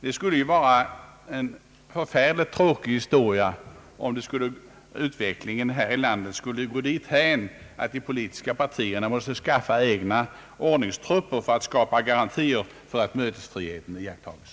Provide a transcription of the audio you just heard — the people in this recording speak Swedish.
Det skulle vara förfärligt tråkigt om utvecklingen här i landet gick dithän att de politiska partierna måste skaffa egna ordningstrupper för alt trygga att mötesfriheten iakttas.